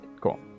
Cool